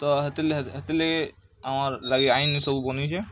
ତ ହେତିର୍ ଲାଗି ଆମର୍ ଲାଗି ଆଇନ୍ ସବୁ ବନିଛେ